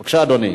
בבקשה, אדוני.